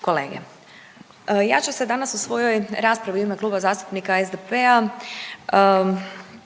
kolege, ja ću se danas u svojoj raspravi u ime Kluba zastupnika SDP-a